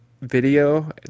video